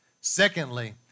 Secondly